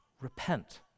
Repent